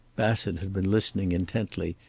bassett had been listening intently,